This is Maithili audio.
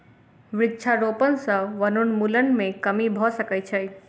वृक्षारोपण सॅ वनोन्मूलन मे कमी भ सकै छै